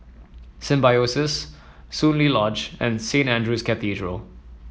Symbiosis Soon Lee Lodge and Saint Andrew's Cathedral